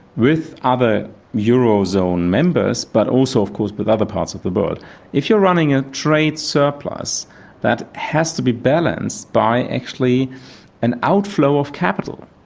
with other eurozone members but also, of course, with other parts of the world if you're running a trade surplus that has to be balanced by actually an outflow of capital.